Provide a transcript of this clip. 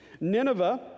Nineveh